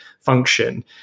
function